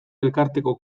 elkarteko